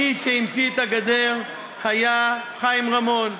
מי שהמציא את הגדר היה חיים רמון,